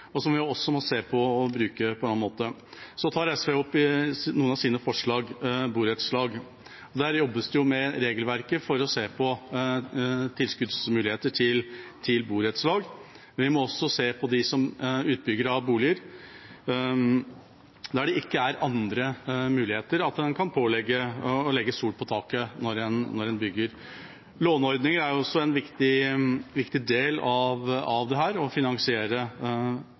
som vi også må se på om vi kan bruke på denne måten. Så tar SV opp i representantforslaget sitt borettslag. Det jobbes med regelverket for å se på tilskuddsmuligheter til borettslag. Vi må også se på om man kan pålegge utbyggere av boliger der det ikke er andre muligheter, å legge solceller på taket når en bygger. Låneordninger er også en viktig del av dette når en skal finansiere boliglån – at en får såkalte grønne lån. Det gjelder for flere enn Husbanken å